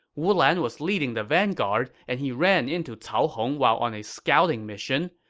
wu lan was leading the vanguard, and he ran into cao hong while on a scouting mission.